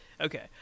Okay